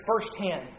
firsthand